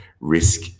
risk